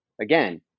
again